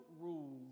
rules